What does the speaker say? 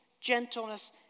gentleness